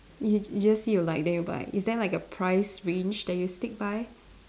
y~ you just see you like then you buy is there a price range that you stick by